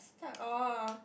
start oh